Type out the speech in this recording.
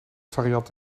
variant